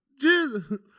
Jesus